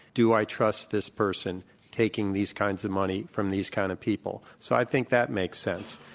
do i trust this person taking these kinds of money from these kinds of people? so i think that makes sense.